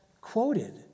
quoted